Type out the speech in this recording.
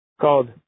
called